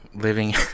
Living